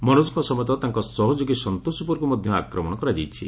ମନୋଜଙ୍କ ସମେତ ତାଙ୍କ ସହଯୋଗୀ ସନ୍ତୋଷ ଉପରକୁ ମଧ୍ଧ ଆକ୍ରମଣ କରାଯାଇଛି